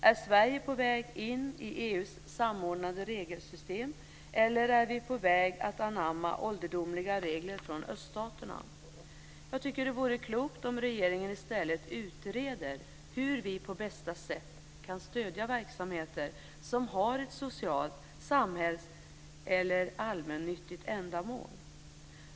Är Sverige på väg in i EU:s samordnade regelsystem eller på väg att anamma ålderdomliga regler från öststaterna? Jag tycker att det vore klokt om regeringen i stället utreder hur vi på bästa sätt kan stödja verksamheter som har ett socialt, samhälls eller allmännyttigt ändamål.